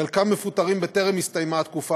חלקם מפוטרים בטרם הסתיימה התקופה